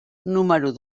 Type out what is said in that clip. número